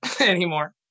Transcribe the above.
anymore